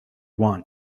want